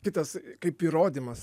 kitas kaip įrodymas